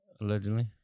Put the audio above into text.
Allegedly